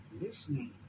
listening